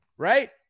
Right